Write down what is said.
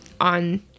on